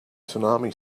tsunami